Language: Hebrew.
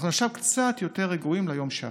אנחנו עכשיו קצת יותר רגועים ליום שאחרי,